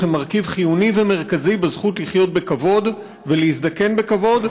הם מרכיב חיוני ומרכזי בזכות לחיות בכבוד ולהזדקן בכבוד,